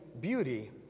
beauty